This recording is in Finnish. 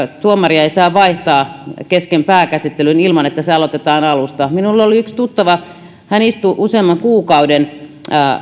tuomaria ei saa vaihtaa kesken pääkäsittelyn ilman että se aloitetaan alusta minulla oli yksi tuttava hän istui useamman kuukauden